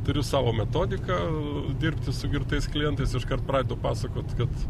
turiu savo metodiką dirbti su girtais klientais iškart pradedu pasakot kad